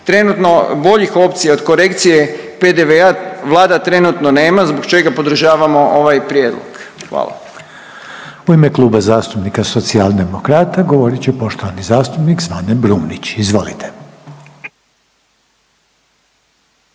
trenutno boljih opcija od korekcije PDV-a vlada trenutno nema zbog čega podržavamo ovaj prijedlog, hvala. **Reiner, Željko (HDZ)** U ime Kluba zastupnika Socijaldemokrata govorit će poštovani zastupnik Zvane Brumnić, izvolite.